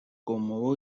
como